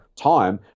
time